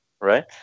right